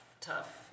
tough